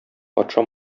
патша